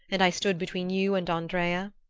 and i stood between you and andrea?